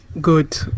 good